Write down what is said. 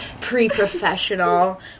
Pre-professional